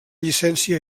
llicència